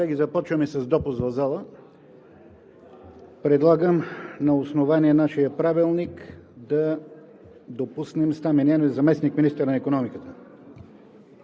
започваме с допуск в залата. Предлагам на основание нашия Правилник да допуснем Стамен Янев – заместник-министър на икономиката.